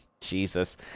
Jesus